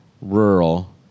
rural